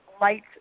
light